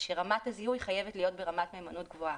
על זה שרמת הזיהוי חייבת להיות ברמת מהימנות גבוהה.